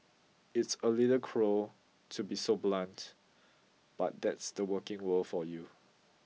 it's a little cruel to be so blunt but that's the working world for you